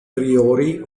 priori